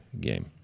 game